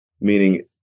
meaning